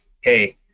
hey